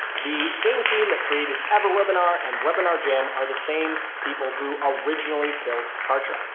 the same team that created ever webinar and webinar jam are the same people who originally built kartra.